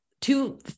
two